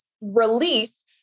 release